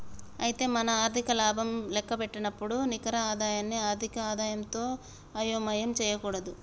అయితే మనం ఆర్థిక లాభం లెక్కపెట్టేటప్పుడు నికర ఆదాయాన్ని ఆర్థిక ఆదాయంతో అయోమయం చేయకూడదు